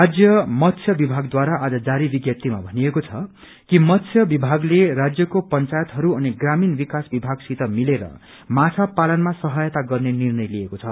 राज्य मतस्य विमागद्वारा आज जारी विज्ञपीमा भनिएको छ कि मतस्य विमागले राज्यको पंचायतहरू अनि ग्रामीण विकास विभागसित मिलेर माछा पालनमा सहायता गर्ने निर्णय लिएको छ